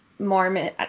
mormon